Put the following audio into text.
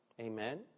Amen